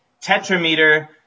tetrameter